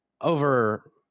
over